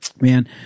Man